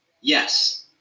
Yes